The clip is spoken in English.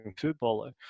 footballer